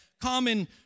common